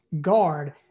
guard